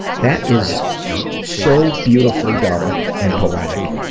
that is so beautifully dark and poetic,